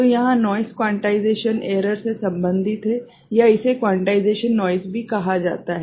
तो यहाँ noise quantization error से संबंधित है या इसे क्वांटाइजेशन नोइसभी कहा जाता है